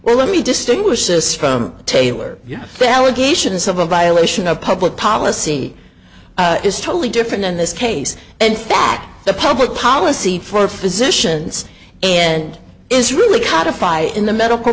well let me distinguish this from taylor yes the allegations of a violation of public policy is totally different in this case in fact the public policy for physicians and is really caught if i in the medical